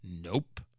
Nope